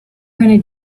going